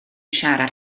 siarad